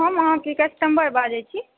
हम अहाँके कस्टमर बाजैत छी